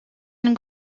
une